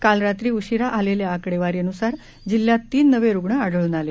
काल रात्री उशिरा आलेल्या आकडेवारीनुसार जिल्ह्यात तीन नवे रुग्ण आढळून आले